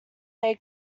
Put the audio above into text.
they